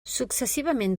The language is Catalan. successivament